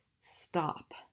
stop